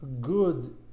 good